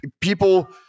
people